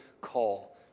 call